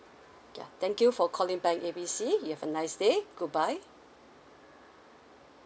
ya thank you for calling bank A B C you have a nice day goodbye